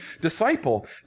disciple